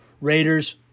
Raiders